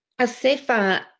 Asefa